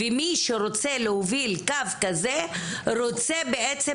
ומי שרוצה להוביל קו כזה רוצה בעצם